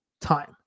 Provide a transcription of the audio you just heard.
time